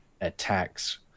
attacks